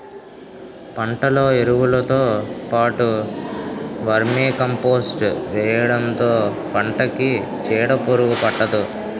పంటలో ఎరువులుతో పాటు వర్మీకంపోస్ట్ వేయడంతో పంటకి చీడపురుగు పట్టదు